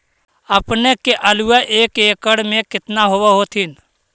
अपने के आलुआ एक एकड़ मे कितना होब होत्थिन?